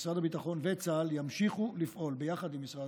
משרד הביטחון וצה"ל ימשיכו לפעול ביחד עם משרד